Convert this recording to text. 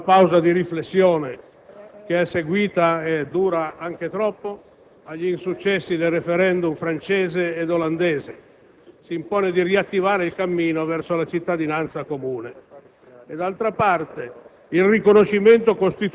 si impone allora di porre termine alla pausa di riflessione che è seguita - e dura anche troppo - agli insuccessi dei *referendum* francese ed olandese; si impone di riattivare il cammino verso la cittadinanza comune.